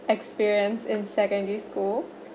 experience in secondary school